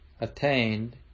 attained